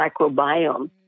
microbiome